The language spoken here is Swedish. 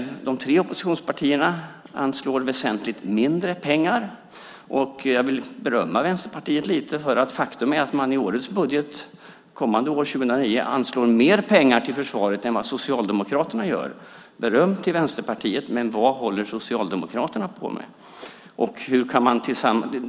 De tre oppositionspartierna anslår väsentligt mindre pengar. Jag vill berömma Vänsterpartiet lite, för faktum är att man i årets budget, för kommande år 2009, anslår mer pengar till försvaret än vad Socialdemokraterna gör. Det är beröm till Vänsterpartiet. Men vad håller Socialdemokraterna på med?